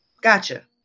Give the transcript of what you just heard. Gotcha